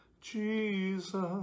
Jesus